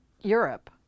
Europe